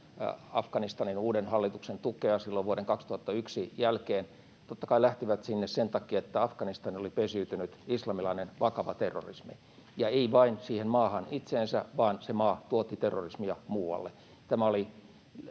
Afganistanin uuden hallituksen tukea silloin vuoden 2001 jälkeen, totta kai lähtivät sinne sen takia, että Afganistaniin oli pesiytynyt islamilainen vakava terrorismi, ja ei vain siihen maahan itseensä, vaan se maa tuotti terrorismia muualle.